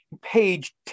page